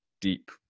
deep